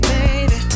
Baby